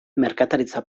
merkataritza